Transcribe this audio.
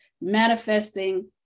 manifesting